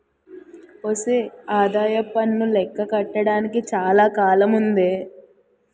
ఒసే ఆదాయప్పన్ను లెక్క కట్టడానికి చాలా కాలముందే